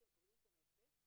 אני הכול אומרת בשקיפות,